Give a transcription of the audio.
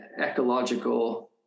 ecological